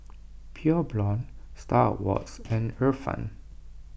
Pure Blonde Star Awards and Ifan